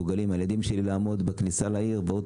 הילדים שלי נאלצים לעמוד בכניסה לעיר ועוברים